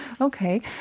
Okay